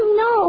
no